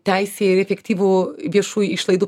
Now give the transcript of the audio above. teisė į efektyvų viešųjų išlaidų